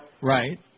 Right